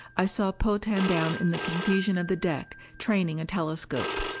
i saw potan down in the confusion of the deck, training a telescope.